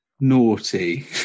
naughty